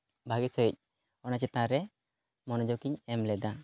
ᱵᱷᱟᱹᱜᱤ ᱥᱟᱹᱦᱤᱡ ᱚᱱᱟ ᱪᱮᱛᱟᱱ ᱨᱮ ᱢᱚᱱᱚᱡᱳᱜᱽ ᱤᱧ ᱮᱢ ᱞᱮᱫᱟ